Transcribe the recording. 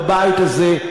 בבית הזה,